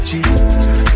Jesus